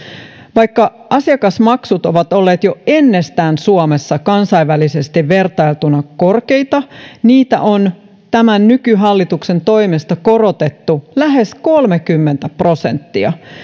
vaikka asiakasmaksut ovat olleet jo ennestään suomessa kansainvälisesti vertailtuna korkeita niitä on tämän nykyhallituksen toimesta korotettu lähes kolmekymmentä prosenttia